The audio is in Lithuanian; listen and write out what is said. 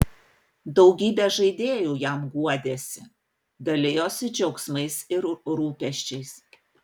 daugybė žaidėjų jam guodėsi dalijosi džiaugsmais ir rūpesčiais